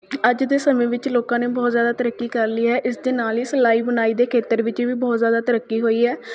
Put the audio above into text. ਅੱਜ ਦੇ ਸਮੇਂ ਵਿੱਚ ਲੋਕਾਂ ਨੇ ਬਹੁਤ ਜ਼ਿਆਦਾ ਤਰੱਕੀ ਕਰ ਲਈ ਹੈ ਇਸ ਦੇ ਨਾਲ ਹੀ ਸਿਲਾਈ ਬੁਣਾਈ ਦੇ ਖੇਤਰ ਵਿੱਚ ਵੀ ਬਹੁਤ ਜਿਆਦਾ ਤਰੱਕੀ ਹੋਈ ਹੈ